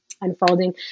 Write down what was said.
unfolding